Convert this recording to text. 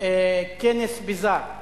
כנס ביזה.